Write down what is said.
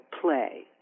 play